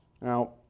now